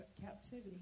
captivity